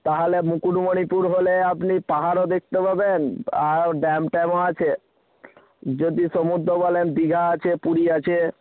তাহলে মুকুটমণিপুর হলে আপনি পাহাড়ও দেখতে পাবেন আরও ড্যাম ট্যামও আছে যদি সমুদ্র বলেন দীঘা আছে পুরী আছে